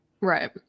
Right